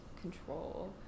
control